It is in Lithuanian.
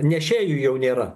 nešėjų jau nėra